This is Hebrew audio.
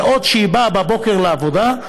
ועוד, כשהיא באה בבוקר לעבודה,